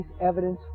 evidence